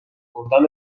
بردن